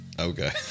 Okay